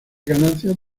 ganancias